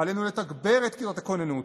עלינו לתגבר את כיתות הכוננות,